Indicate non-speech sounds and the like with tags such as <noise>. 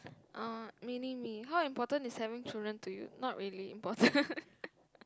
uh mini me how important is having children to you not really important <laughs>